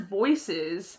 voices